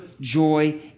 joy